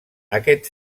aquest